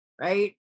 right